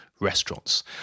restaurants